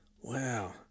Wow